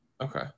Okay